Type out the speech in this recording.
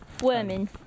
worming